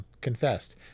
confessed